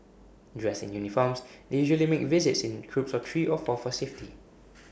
dressed in uniforms they usually make visits in groups of three of four for safety